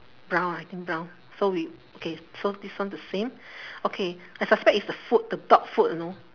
brown ah I think brown so we okay so this one the same okay I suspect it's the food the dog food you know